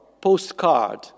postcard